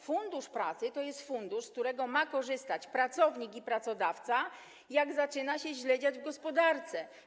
Fundusz Pracy to jest fundusz, z którego ma korzystać pracownik i pracodawca, jak zaczyna źle się dziać w gospodarce.